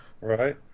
right